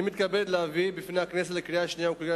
אני מתכבד להביא בפני הכנסת לקריאה שנייה ולקריאה